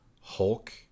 Hulk